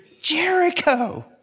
Jericho